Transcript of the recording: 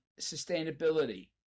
sustainability